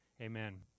amen